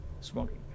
smoking